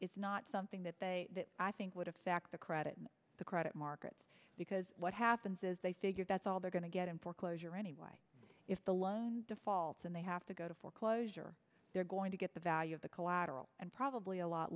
it's not something that i think would affect the credit the credit markets because what happens is they figure that's all they're going to get in foreclosure anyway if the loan defaults and they have to go to foreclosure they're going to get the value of the collateral and probably a lot